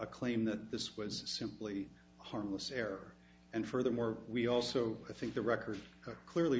a claim that this was simply a harmless error and furthermore we also i think the record clearly